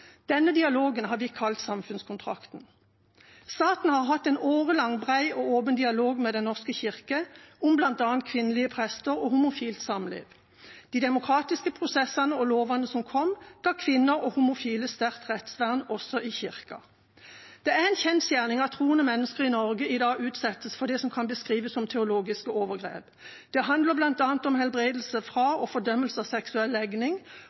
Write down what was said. Denne dialogen har vi kalt samfunnskontrakten. Staten har hatt en årelang, bred og åpen dialog med Den norske kirke om bl.a. kvinnelige prester og homofilt samliv. De demokratiske prosessene og lovene som kom, ga kvinner og homofile sterkt rettsvern også i Kirken. Det er en kjensgjerning at troende mennesker i Norge i dag utsettes for det som kan beskrives som teologiske overgrep. Det handler bl.a. om helbredelse fra og fordømmelse av seksuell legning